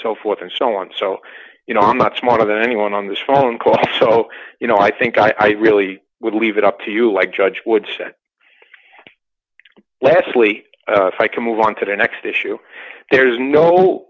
so forth and so on so you know i'm not smarter than anyone on this phone call so you know i think i really would leave it up to you like judge wood said leslie if i can move on to the next issue there's no